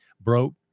Broke